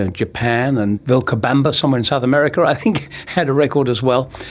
and japan and vilcabamba, somewhere in south america i think had a record as well.